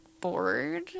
bored